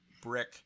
brick